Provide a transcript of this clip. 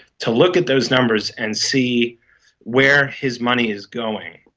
to look at those numbers and see where his money is going,